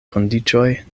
kondiĉoj